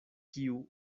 kiu